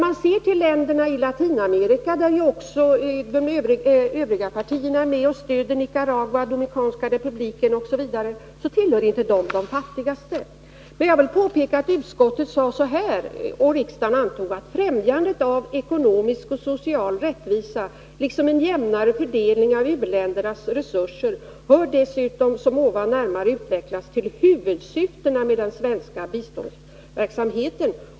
De länder i Latinamerika som också övriga partier är med om att ge bistånd till, Nicaragua, Dominikanska republiken m.fl., tillhör inte de fattigaste. Jag vill påpeka att utskottet sade — och riksdagen antog — följande: Främjandet av ekonomisk och social rättvisa liksom en jämnare fördelning av u-ländernas resurser hör dessutom, som ovan närmare utvecklats, till huvudsyftena med den svenska biståndsverksamheten.